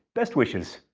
best wishes,